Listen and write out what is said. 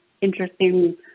interesting